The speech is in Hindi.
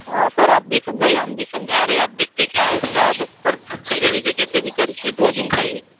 हाँ सर आप भी समझाइए हम भी समझा रहे हैं अब देखते क्या होता हैं बस सर छुट्टी दे दीजिए कैसे भी करके दो दिन का ही